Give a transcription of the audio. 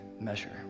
measure